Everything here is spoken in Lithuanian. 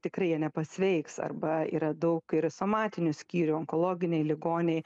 tikrai jie nepasveiks arba yra daug ir somatinių skyrių onkologiniai ligoniai